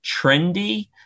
trendy